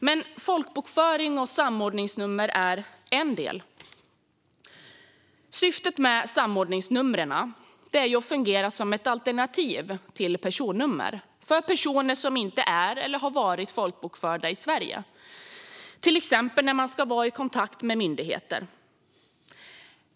Men folkbokföring och samordningsnummer är en del. Syftet med samordningsnumren är att de ska fungera som alternativ till personnummer för personer som inte är eller har varit folkbokförda i Sverige. Det behövs till exempel när man ska vara i kontakt med myndigheter.